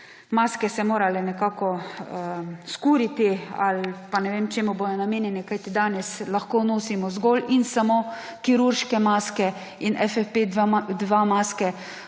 maske morale nekako skuriti ali pa ne vem, čemu bodo namenjene, kajti danes lahko nosimo zgolj in samo kirurške maske in FFP2 maske.